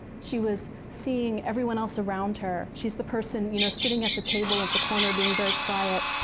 she was seeing everyone else around her. she's the person you know sitting at the table, at the corner, being very quiet,